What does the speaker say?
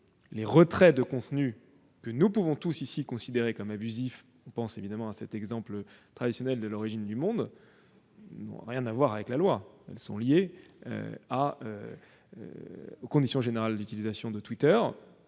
les retraits de contenus que nous pouvons tous ici considérer comme abusifs- on peut évidemment penser à l'exemple traditionnel de -n'ont rien à voir avec la loi : ils sont liés aux conditions générales d'utilisation de Twitter.